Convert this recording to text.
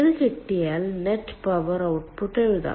ഇത് കിട്ടിയാൽ net power output എഴുതാം